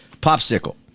popsicle